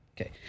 Okay